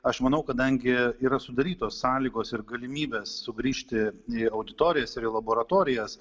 aš manau kadangi yra sudarytos sąlygos ir galimybės sugrįžti į auditorijas ir į laboratorijas